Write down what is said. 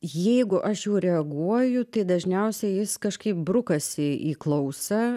jeigu aš jau reaguoju tai dažniausiai jis kažkaip brukasi į klausą